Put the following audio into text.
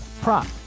prop